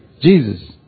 Jesus